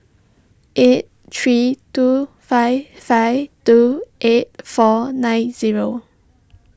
eight three two five five two eight four nine zero